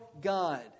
God